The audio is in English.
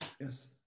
yes